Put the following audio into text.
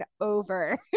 over